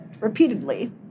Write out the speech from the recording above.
repeatedly